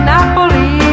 Napoli